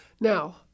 Now